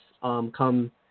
come